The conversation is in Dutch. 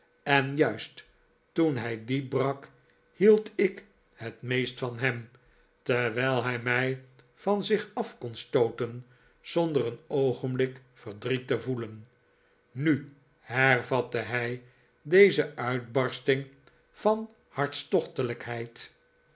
en juist toen hij die brak hield ik het meest van hem terwijl hij mij van zich af kon stooten zonder een oogenblik verdriet te voelen nu hervatte hij deze uitbarsting van